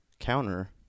counter